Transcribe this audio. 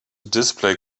display